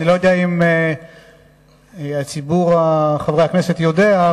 אני לא יודע אם ציבור חברי הכנסת יודע,